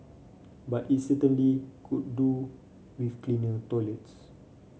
but it certainly could do with cleaner toilets